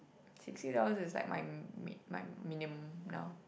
sixty dollars is like my mid my minimum now